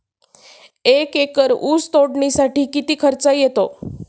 एक एकर ऊस तोडणीसाठी किती खर्च येतो?